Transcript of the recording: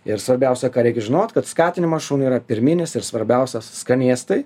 ir svarbiausia ką reikia žinot kad skatinimas šuniui yra pirminis ir svarbiausias skanėstai